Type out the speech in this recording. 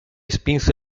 spinse